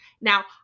Now